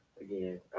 again